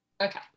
Okay